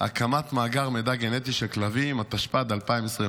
הקמת מאגר מידע גנטי של כלבים, התשפ"ד 2024,